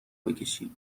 بکشی